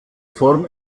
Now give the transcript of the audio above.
form